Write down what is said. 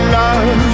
love